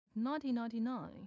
1999